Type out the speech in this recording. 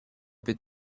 bit